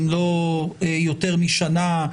אם לא יותר משנה,